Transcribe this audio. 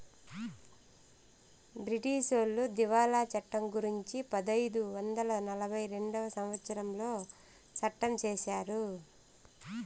బ్రిటీసోళ్లు దివాళా చట్టం గురుంచి పదైదు వందల నలభై రెండవ సంవచ్చరంలో సట్టం చేశారు